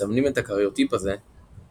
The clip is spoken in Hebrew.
מסמנים את הקריוטיפ הזה (46Xr(X.